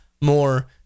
more